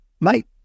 mate